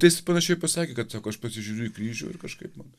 tai jis panašiai pasakė kad sako aš pasižiūriu į kryžių ir kažkaip man